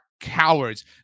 cowards